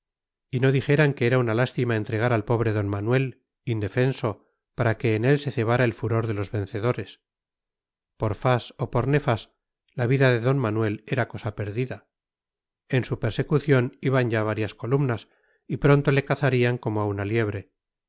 y no dijeran que era una lástima entregar al pobre d manuel indefenso para que en él se cebara el furor de los vencedores por fas o por nefas la vida de d manuel era cosa perdida en su persecución iban ya varias columnas y pronto le cazarían como a una liebre